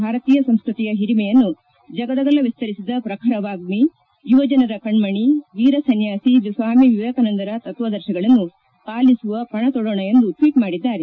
ಭಾರತೀಯ ಸಂಸ್ಕೃತಿಯ ಹಿರಿಮೆಯನ್ನು ಜಗದಗಲ ವಿಸ್ತರಿಸಿದ ಪ್ರಖರ ವಾಗ್ಗಿ ಯುವಜನರ ಕಣ್ನಣಿ ವೀರಸನ್ವಾಸಿ ಸ್ವಾಮಿ ವೇಕಾನಂದರ ತತ್ವಾದರ್ಶಗಳನ್ನು ಪಾಲಿಸುವ ಪಣ ತೊಡೋಣ ಎಂದು ಟ್ವೀಟ್ ಮಾಡಿದ್ದಾರೆ